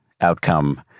outcome